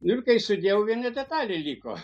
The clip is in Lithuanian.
ir kai sudėjau viena detalė liko